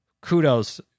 kudos